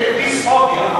הם סובלים מ"פיספוביה",